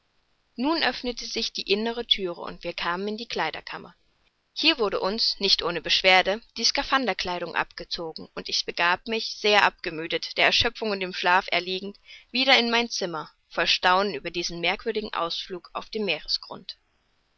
nun öffnete sich die innere thüre und wir kamen in die kleiderkammer hier wurde uns nicht ohne beschwerde die skaphanderkleidung abgezogen und ich begab mich sehr abgemüdet der erschöpfung und dem schlaf erliegend wieder in mein zimmer voll staunen über diesen merkwürdigen ausflug auf dem